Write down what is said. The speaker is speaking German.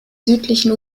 südlichen